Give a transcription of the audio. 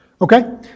Okay